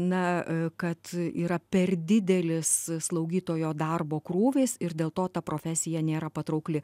na kad yra per didelis slaugytojo darbo krūvis ir dėl to ta profesija nėra patraukli